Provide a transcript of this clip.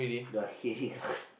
the